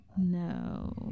No